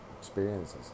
Experiences